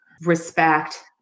respect